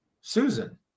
Susan